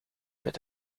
met